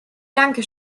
danke